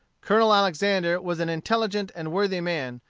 colonel alexander was an intelligent and worthy man,